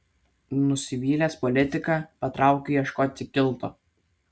nusivylęs politika patraukiu ieškoti kilto